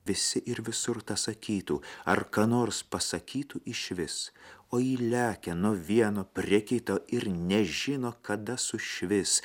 visi ir visur tą sakytų ar ką nors pasakytų išvis o ji lekia nuo vieno prie kito ir nežino kada sušvis